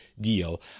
deal